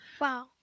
Wow